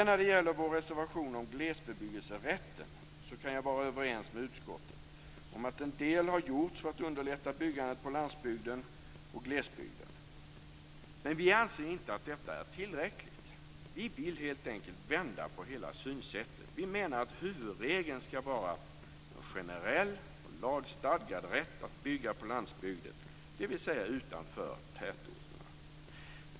När det gäller reservation om glesbebyggelserätten kan jag vara överens med utskottet om att en del har gjorts för att underlätta byggandet på landsbygden och glesbygden. Men vi anser inte att detta är tillräckligt. Vi vill helt enkelt vända på hela synsättet. Vi menar att huvudregeln skall vara en generell och lagstadgad rätt att bygga på landsbygden, dvs. utanför tätorterna.